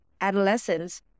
adolescence